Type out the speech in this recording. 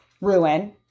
ruin